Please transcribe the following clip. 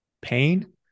pain